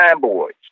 boys